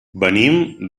venim